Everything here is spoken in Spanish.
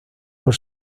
por